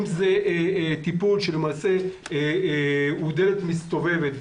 אם זה טיפול שלמעשה הוא דלת מסתובבת,